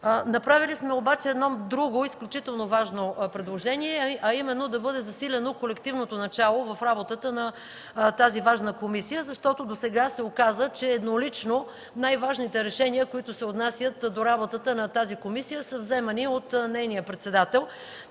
Направили сме обаче друго, изключително важно предложение, а именно да бъде засилено колективното начало в работата на тази важна комисия. Досега се оказа, че най-важните решения, които се отнасят до работата на тази комисия, са вземани еднолично от нейния председател.